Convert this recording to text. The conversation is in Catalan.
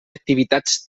activitats